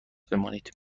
بمانید